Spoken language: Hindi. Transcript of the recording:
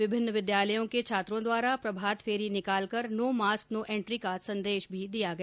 विभिन्न विद्यालयों के छात्रों द्वारा प्रभात फेरी निकालकर नो मास्क नो एंट्री का संदेश दिया गया